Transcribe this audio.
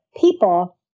people